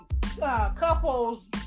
couples